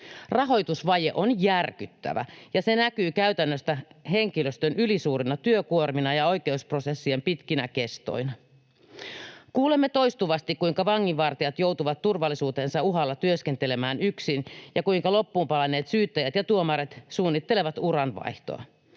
Rahoitusvaje on järkyttävä, ja se näkyy käytännössä henkilöstön ylisuurina työkuormina ja oikeusprosessien pitkinä kestoina. Kuulemme toistuvasti, kuinka vanginvartijat joutuvat turvallisuutensa uhalla työskentelemään yksin ja kuinka loppuunpalaneet syyttäjät ja tuomarit suunnittelevat uranvaihtoa.